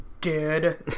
Dead